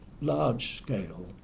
large-scale